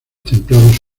templados